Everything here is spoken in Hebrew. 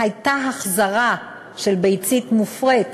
הייתה החזרה של ביצית מופרית